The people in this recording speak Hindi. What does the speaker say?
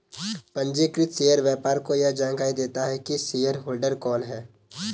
पंजीकृत शेयर व्यापार को यह जानकरी देता है की शेयरहोल्डर कौन है